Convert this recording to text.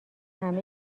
همه